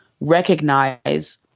recognize